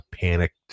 panicked